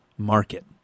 market